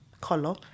color